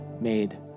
made